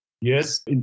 Yes